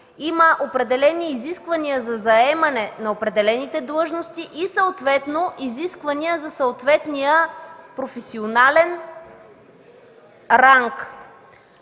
има определени изисквания за заемане на определените длъжности и съответно изисквания за съответния професионален ранг.